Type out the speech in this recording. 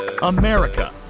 America